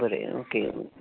आं बरें ओके